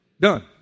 done